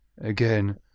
again